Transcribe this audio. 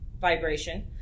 vibration